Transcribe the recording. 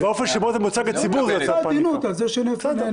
-- והאופן שבו זה מוצג לציבור יוצר פניקה ----- על זה שנבקר